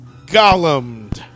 Gollum